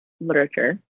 literature